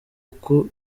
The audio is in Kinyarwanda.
uko